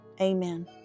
amen